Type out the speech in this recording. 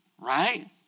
right